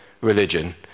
religion